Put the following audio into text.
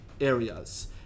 areas